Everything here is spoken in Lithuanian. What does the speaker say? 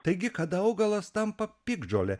taigi kada augalas tampa piktžole